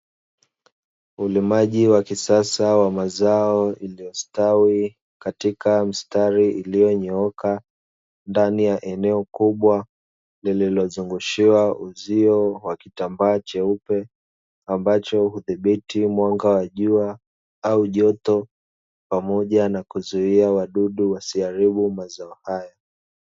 Ulimaji wa kisasa wa mazao yaliyostawi katika mistari iliyonyooka, ndani ya eneo kubwa lililozungushiwa uzio wa kitambaa cheupe ambacho hudhibiti mwanga wa jua au joto pamoja na kuzuia wadudu wasiharibu mazao hayo.